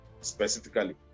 specifically